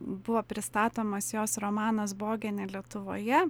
buvo pristatomas jos romanas bogenė lietuvoje